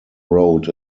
road